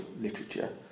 literature